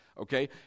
okay